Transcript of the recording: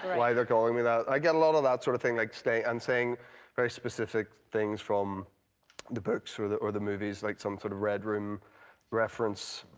why they're calling me that. i get a lot of that sort of thing, like and saying very specific things from the books or the or the movies, like some sort of red room reference.